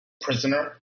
prisoner